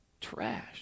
trash